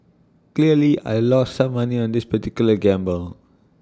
clearly I lost some money on this particular gamble